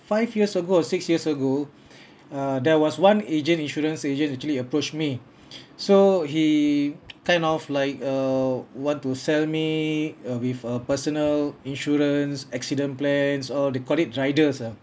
five years ago or six years ago uh there was one agent insurance agents actually approach me so he kind of like uh want to sell me uh with a personal insurance accident plans or they call it riders ah